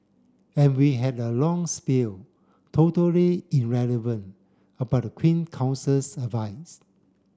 every had a long spiel totally irrelevant about the Queen Counsel's advice